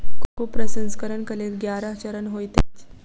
cocoa प्रसंस्करणक लेल ग्यारह चरण होइत अछि